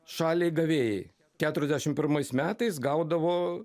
šaliai gavėjai keturiasdešimt pirmais metais gaudavo